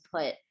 put